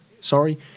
sorry